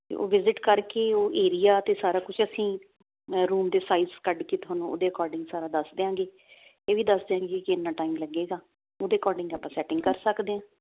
ਤੇ ਉਹ ਵਿਜਿਟ ਕਰਕੇ ਉਹ ਏਰੀਆ ਤੇ ਸਾਰਾ ਕੁਛ ਅਸੀਂ ਰੂਮ ਦੇ ਸਾਈਜ਼ ਕੱਢ ਕੇ ਤੁਹਾਨੂੰ ਉਹਦੇ ਅਕੋਰਡਿੰਗ ਸਾਰਾ ਦੱਸ ਦਿਆਂਗੇ ਇਹ ਵੀ ਦੱਸ ਦਿਆਂਗੇ ਕੀ ਇਨਾ ਟਾਈਮ ਲੱਗੇਗਾ ਉਹਦੇ ਅਕੋਰਡਿੰਗ ਆਪਾਂ ਸੈਟਿੰਗ ਕਰ ਸਕਦੇ ਆਂ